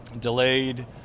delayed